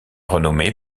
renommée